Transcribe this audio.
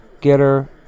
getter